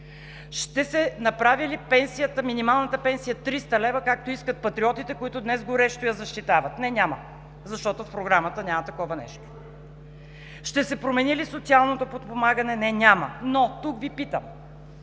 Ще се направи ли минималната пенсия 300 лв., както искат Патриотите, които днес горещо я защитават? Не, няма, защото в Програмата няма такова нещо. Ще се промени ли социалното подпомагане? Не, няма. Питам